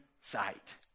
sight